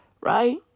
right